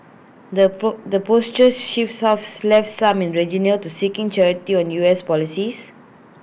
the the posture shifts have left some in region near to seeking clarity on U S policies